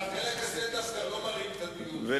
צבאי, נכון?